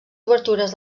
obertures